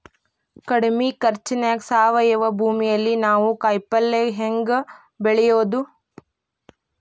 ಕಡಮಿ ಖರ್ಚನ್ಯಾಗ್ ಸಾವಯವ ಭೂಮಿಯಲ್ಲಿ ನಾನ್ ಕಾಯಿಪಲ್ಲೆ ಹೆಂಗ್ ಬೆಳಿಯೋದ್?